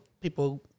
people